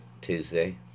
Tuesday